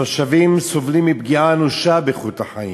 התושבים סובלים מפגיעה אנושה באיכות החיים,